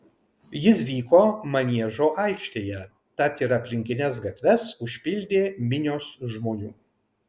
jis vyko maniežo aikštėje tad ir aplinkines gatves užpildė minios žmonių